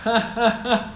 hahaha